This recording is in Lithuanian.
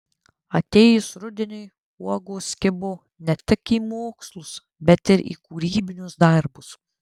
atėjus rudeniui uogos kibo ne tik į mokslus bet ir į kūrybinius darbus